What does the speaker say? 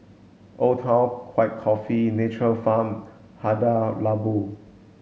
Old Town White Coffee Nature Farm Hada Labo